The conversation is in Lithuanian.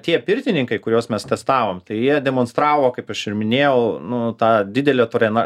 tie pirtininkai kuriuos mes testavom tai jie demonstravo kaip aš ir minėjau nu tą didelę torena